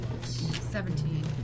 Seventeen